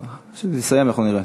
כשנסיים אנחנו נראה.